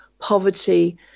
poverty